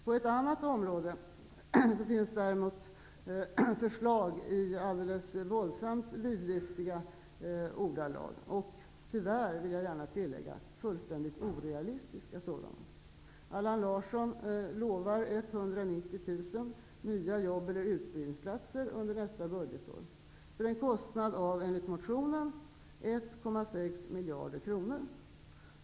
På ett annat område finns det däremot förslag i alldeles våldsamt vidlyftiga ordalag -- tyvärr, det vill jag gärna säga, är det fullständigt orealistiska förslag. Allan Larsson lovar 190 000 nya jobb eller utbildningsplatser under nästa budgetår, till en kostnad, enligt motionen, av 1,6 miljarder kronor!